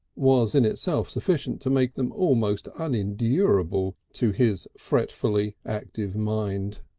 was in itself sufficient to make them almost unendurable to his frettingly active mind.